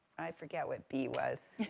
i forget what b was,